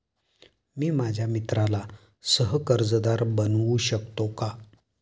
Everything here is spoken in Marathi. मी माझ्या मित्राला सह कर्जदार बनवू शकतो का?